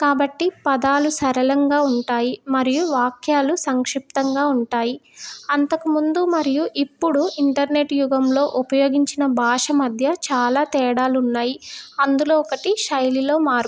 కాబట్టి పదాలు సరళంగా ఉంటాయి మరియు వాక్యాలు సంక్షిప్తంగా ఉంటాయి అంతకుముందు మరియు ఇప్పుడు ఇంటర్నెట్ యుగంలో ఉపయోగించిన భాష మధ్య చాలా తేడాలు ఉన్నాయి అందులో ఒకటి శైలిలో మార్పు